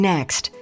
Next